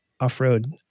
off-road